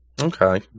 Okay